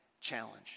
challenge